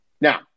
Now